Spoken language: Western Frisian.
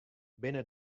binne